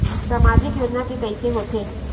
सामाजिक योजना के कइसे होथे?